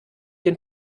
den